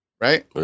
Right